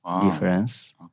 difference